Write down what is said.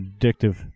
addictive